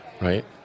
right